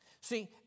See